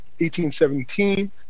1817